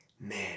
man